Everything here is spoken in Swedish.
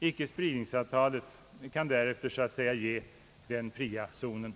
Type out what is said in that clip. Icke-spridningsavtalet kan därefter så att säga åstadkomma den fria zonen.